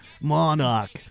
Monarch